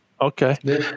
okay